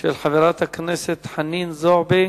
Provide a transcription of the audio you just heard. של חברת הכנסת חנין זועבי,